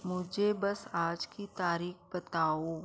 मुझे बस आज की तारीख़ बताओ